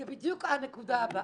זו בדיוק הנקודה הבאה.